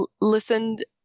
listened